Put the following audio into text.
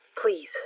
Please